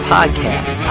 Podcast